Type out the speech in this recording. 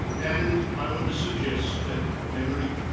and i want to suggest that memory